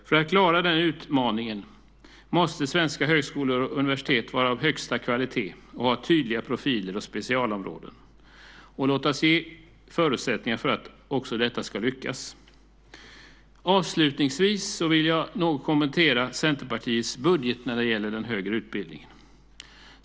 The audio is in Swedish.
För att klara den utmaningen måste svenska högskolor och universitet vara av högsta kvalitet och ha tydliga profiler och specialområden. Låt oss ge förutsättningar för att också detta ska lyckas. Avslutningsvis vill jag något kommentera Centerpartiets budget när det gäller den högre utbildningen.